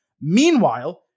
Meanwhile